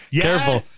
Careful